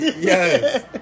Yes